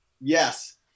Yes